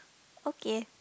okay